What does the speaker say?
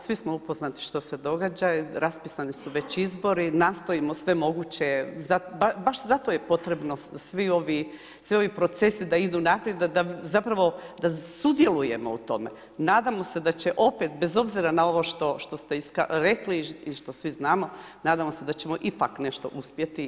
Svi smo upoznati što se događa, raspisani su izbori, nastojimo sve moguće, zato je potrebno svi ovi procesi da idu naprijed, da sudjelujemo u tome i nadamo se da će opet, bez obzira na ovo što ste rekli i što svi znamo, nadamo se da ćemo ipak nešto uspjeti.